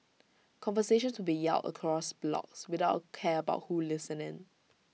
conversations would be yelled across blocks without A care about who listened in